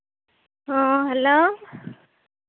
ᱦᱮᱸ ᱦᱮᱞᱳ